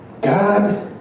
God